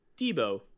Debo